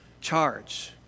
charge